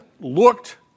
looked